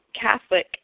Catholic